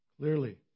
Clearly